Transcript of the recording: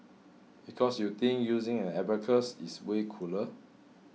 because you think using an abacus is way cooler